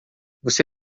você